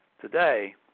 today